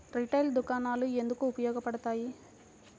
Retail దుకాణాలు ఎందుకు ఉపయోగ పడతాయి?